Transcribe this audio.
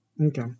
Okay